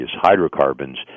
hydrocarbons